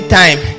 time